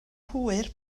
hwyr